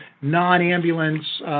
non-ambulance